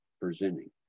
presenting